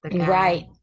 Right